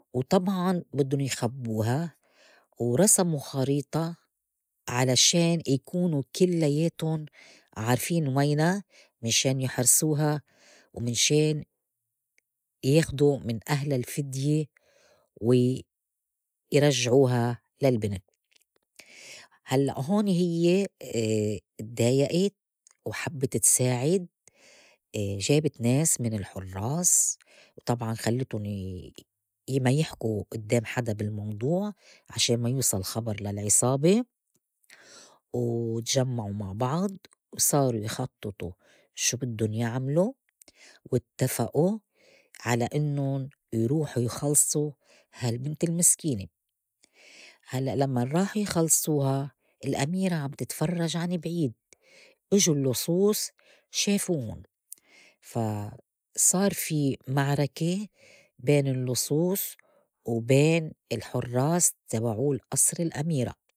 وطبعاً بدُّن يخّبوها ورسموا خريطة علشان يكونوا كلّياتُن عارفين وينا مِشان يحرسوها ومنشان ياخدو من أهلا الفدية و يرجعوها للبنت. هلّأ هون هيّ تضايئت وحبّت تساعد جابت ناس من الحُرّاس وطبعاً خلّتن ما يحكو إدّام حدا بالموضوع عشان ما يوصل خبر للعصابة و تجمّعو مع بعض وصاروا يخطّطوا شو بدّن يعملو واتّفئو على إنُّن يروحوا يخلصو هالبنت المسكينة هلّأ لمّن راحو يخلصوها الأميرة عم تتفرّج عن بعيد إجو اللّصوص شافون فا صار في معركة بين اللّصوص وبين الحرّاس تبعول ئصر الأميرة.